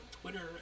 twitter